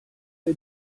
der